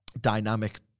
dynamic